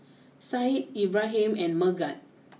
Said Ibrahim and Megat